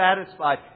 satisfied